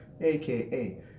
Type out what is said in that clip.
aka